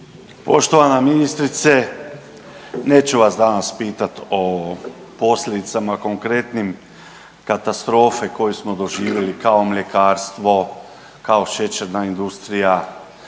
Poštovana ministrice neću vas danas pitati o posljedicama konkretnim katastrofe koju smo doživjeli kao mljekarstvo, kao šećerna industrija,